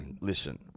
listen